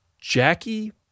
Jackie